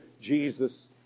Jesus